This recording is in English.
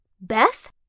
Beth